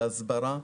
להסברה,